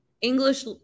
English